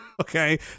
Okay